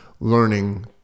learning